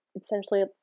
essentially